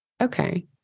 Okay